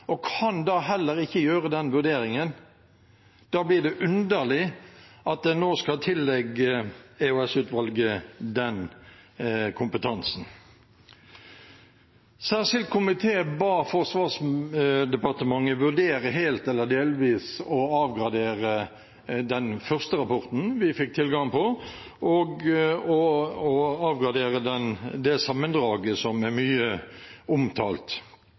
og kan da heller ikke gjøre den vurderingen. Da blir det underlig at en nå skal tillegge EOS-utvalget den kompetansen. Den særskilte komité ba Forsvarsdepartementet vurdere helt eller delvis å avgradere den første rapporten vi fikk tilgang på, og avgradere det sammendraget som er mye omtalt.